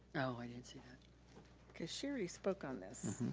oh, i didn't see that. okay, she already spoke on this.